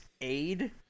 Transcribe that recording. aid